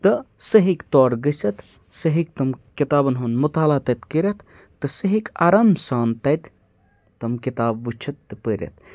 تہٕ سُہ ہیٚکہِ تور گٔژھِتھ سُہ ہیٚکہِ تِم کِتابَن ہُنٛد مُطالعہ تَتہِ کٔرِتھ تہٕ سُہ ہیٚکہِ آرام سان تَتہِ تِم کِتاب وٕچھِتھ تہٕ پٔرِتھ